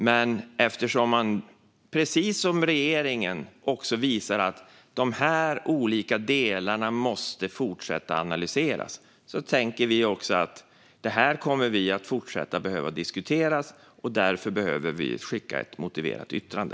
Men eftersom man, precis som regeringen, visar att de här olika delarna måste fortsätta analyseras tänker vi att vi kommer att behöva fortsätta diskutera detta. Därför behöver vi skicka ett motiverat yttrande.